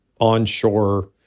onshore